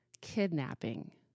kidnapping